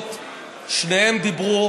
אחדות שניהם דיברו